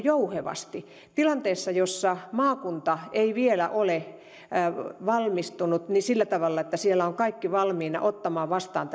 jouhevasti tilanteessa jossa maakunta ei vielä ole valmistunut sillä tavalla että siellä ovat kaikki valmiina ottamaan vastaan